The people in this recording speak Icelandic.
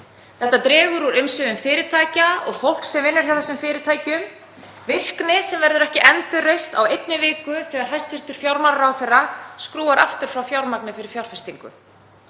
Þetta dregur úr umsvifum fyrirtækja og fólks sem vinnur hjá þessum fyrirtækjum, virkni sem verður ekki endurreist á einni viku þegar hæstv. fjármálaráðherra skrúfar aftur frá fjármagni fyrir fjárfestingu.